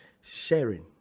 sharing